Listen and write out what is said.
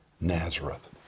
Nazareth